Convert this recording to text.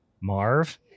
Marv